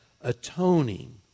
atoning